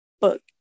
book